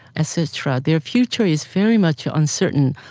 ah cetera. their future is very much ah uncertain,